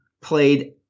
played